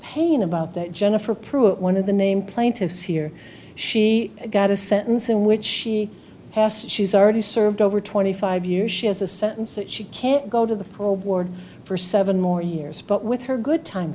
pain about that jennifer pruitt one of the named plaintiffs here she got a sentence in which she has she's already served over twenty five years she has a sentence that she can't go to the parole board for seven more years but with her good time